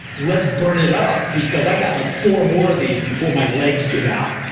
let's burn it up because i got, like, four more of these before my legs give out.